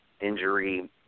injury